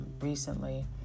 recently